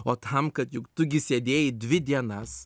o tam kad juk tu gi sėdėjai dvi dienas